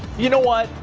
you know what.